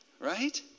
Right